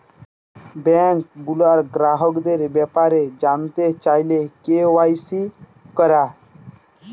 bank গুলার গ্রাহকদের ব্যাপারে জালতে চাইলে কে.ওয়াই.সি ক্যরা